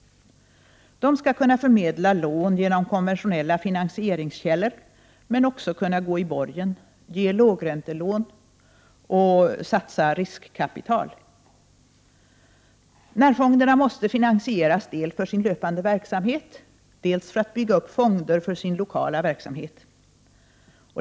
De skall kunna förmedla lån genom konventionella finansieringskällor men också kunna gå i borgen, ge lågräntelån och satsa riskkapital. Närfonderna måste finansieras dels för sin löpande verksamhet, dels för att bygga upp fonder för sin lokala verksamhet.